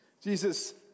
Jesus